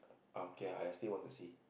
oh okay I still want to see